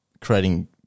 creating